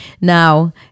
Now